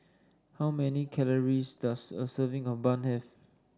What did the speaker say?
how many calories does a serving of bun have